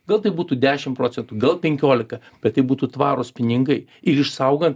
gal tai būtų dešim procentų gal penkiolika bet tai būtų tvarūs pinigai ir išsaugant